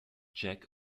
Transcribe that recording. check